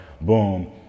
boom